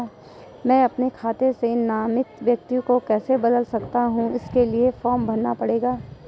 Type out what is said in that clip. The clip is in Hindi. मैं अपने खाते से नामित व्यक्ति को कैसे बदल सकता हूँ इसके लिए फॉर्म भरना पड़ेगा?